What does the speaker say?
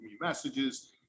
messages